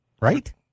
Right